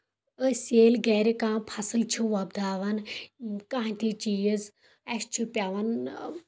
أسۍ ییٚلہِ گرِ کانٛہہ فصٕل چھِ وۄپداوان کانٛہہ تہِ چیٖز اَسہِ چھُ پیٚوان